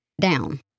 down